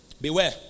beware